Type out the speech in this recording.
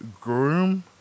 Groom